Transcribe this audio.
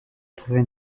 trouvèrent